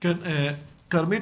כרמית,